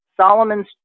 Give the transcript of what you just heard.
Solomon's